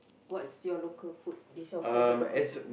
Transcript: what's your local food is your local favourite food